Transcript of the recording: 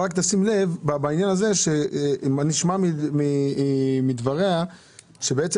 רק תשים לב בעניין הזה שנשמע מדבריה שבעצם